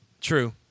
True